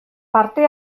parte